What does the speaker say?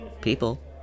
People